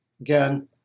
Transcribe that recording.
again